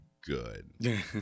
good